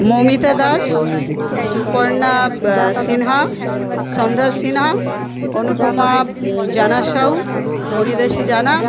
মৌমিতা দাস সুপর্ণা সিনহা সন্ধ্যা সিনহা অনুপমা জানা সাউ হরিদাসি জানা